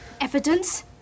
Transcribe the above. Evidence